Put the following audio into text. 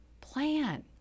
plan